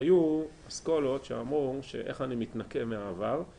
‫היו אסכולות שאמרו ‫שאיך אני מתנקה מהעבר.